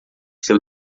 seu